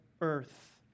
earth